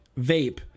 vape